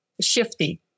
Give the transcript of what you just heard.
shifty